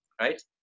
right